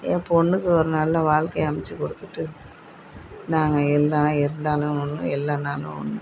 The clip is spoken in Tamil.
என் பொண்ணுக்கு ஒரு நல்ல வாழ்க்கைய அமைத்து கொடுத்துட்டு நாங்கள் இல்லைன்னா இருந்தாலும் ஒன்று இல்லைன்னாலும் ஒன்று